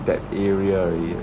that area again